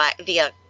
via